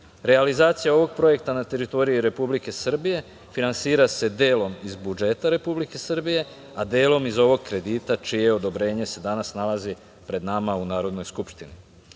Realizacija ovog projekta na teritoriji Republike Srbije finansira se delom iz budžeta Republike Srbije, a delom iz ovog kredita čije odobrenje se danas nalazi pred nama u Narodnoj skupštini. Da